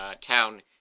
town